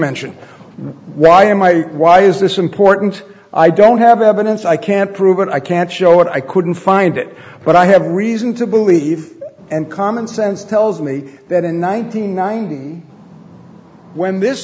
mention why am i why is this important i don't have evidence i can't prove it i can't show it i couldn't find it but i have reason to believe and common sense tells me that in one thousand nine when this